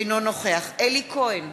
אינו נוכח אלי כהן,